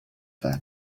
that